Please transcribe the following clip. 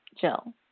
Jill